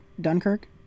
Dunkirk